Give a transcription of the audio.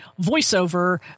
voiceover